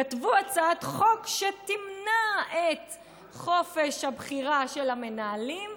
כתבו הצעת החוק שתמנע את חופש הבחירה של המנהלים,